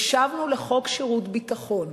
ושבנו לחוק שירות ביטחון,